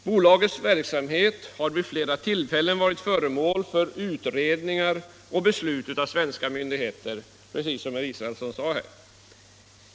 Bolagets verksamhet har vid flera tillfällen varit föremål för utredningar och beslut av svenska myndigheter, vilket också herr Israelsson påpekade.